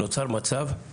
נוצר מצב,